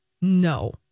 No